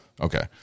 Okay